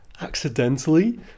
accidentally